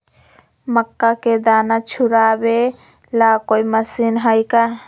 मक्का के दाना छुराबे ला कोई मशीन हई का?